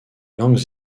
langues